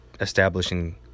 establishing